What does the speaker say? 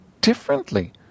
differently